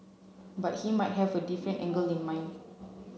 but he might have a different angle in mind